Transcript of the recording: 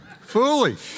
Foolish